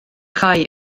chau